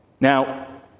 Now